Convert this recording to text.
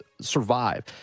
survive